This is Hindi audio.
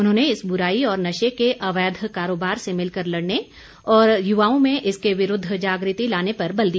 उन्होंने इस बुराई और नशे के अवैध कारोबार से मिलकर लड़ने और युवाओं में इसके विरूद्व जागृति लाने पर बल दिया